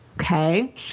okay